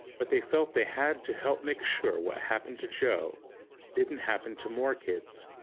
but they felt they had to help make sure what happened to joe didn't happen to more kids.